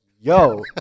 yo